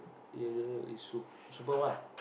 here it's soup super what